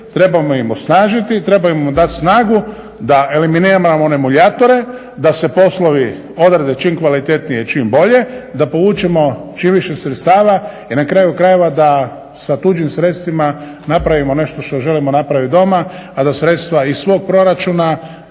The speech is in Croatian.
trebamo ih osnažiti, trebamo im dati snagu da eliminiramo one muljatore, da se poslovi odrade čim kvalitetnije i čim bolje da povučemo čim više sredstava i na kraju krajeva da sa tuđim sredstvima napravimo nešto što želimo napraviti doma, a da sredstva iz svog proračuna